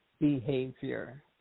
behavior